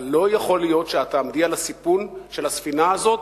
אבל לא יכול להיות שאת תעמדי על הסיפון של הספינה הזאת,